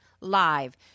live